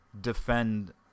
defend